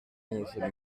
onze